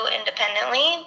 independently